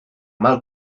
mal